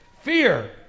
fear